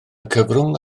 cyfrwng